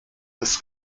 des